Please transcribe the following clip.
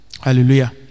hallelujah